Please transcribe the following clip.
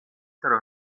tro